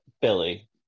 billy